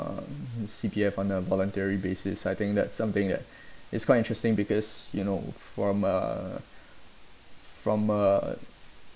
um C_P_F on a voluntary basis I think that something that it's quite interesting because you know from uh from uh